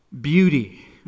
beauty